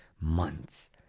months